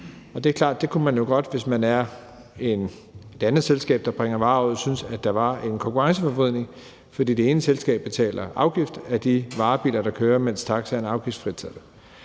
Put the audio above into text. og det er klart, at der kunne man jo godt, hvis man er et andet selskab, der bringer varer ud, synes, at der var tale om en konkurrenceforvridning, fordi det ene selskab betaler afgift af de varebiler, der kører, mens taxaerne er afgiftsfritaget.